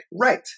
Right